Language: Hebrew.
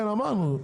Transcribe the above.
כן אמרנו,